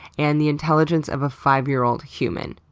and the intelligence of a five year-old human.